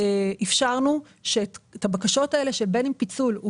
אפשרנו שאת הבקשות האלה של פיצול או